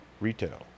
Retail